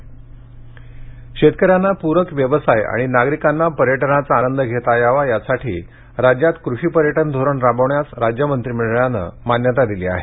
राज्य मंत्रीमंडळ शेतकऱ्यांना प्रक व्यवसाय आणि नागरिकांना पर्यटनाचा आनंद घेता यावा यासाठी राज्यात कृषी पर्यटन धोरण राबवण्यास राज्य मंत्रिमंडळानं मान्यता दिली आहे